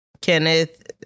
Kenneth